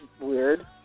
weird